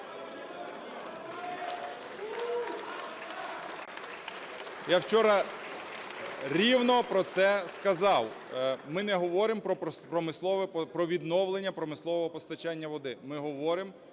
Я вчора рівно про це сказав. Ми не говоримо про відновлення промислового постачання води, ми говоримо